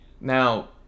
now